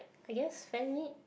I guess fan meet